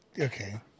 okay